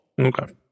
Okay